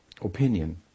opinion